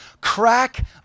crack